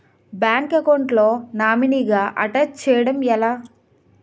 Bank account లో నామినీగా attach చేయడం ఎలా?